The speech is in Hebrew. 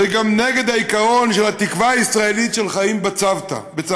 וזה גם נגד העיקרון של התקווה הישראלית של חיים בצוותא.